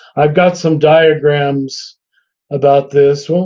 i've got some diagrams about this.